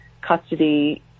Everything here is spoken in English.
custody